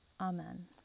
Amen